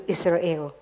Israel